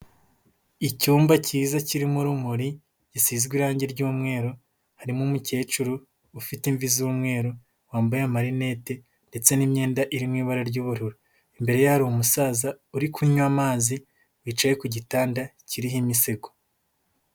Icyumba cyiza kirimo urumuri, gisizwe irangi ry'umweru, harimo umukecuru, ufite imvi z'umweru, wambaye amarinete ndetse n'imyenda iri mu ibara ry'ubururu, imbere ye hari umusaza uri kunywa amazi, wicaye ku gitanda kiriho imisego.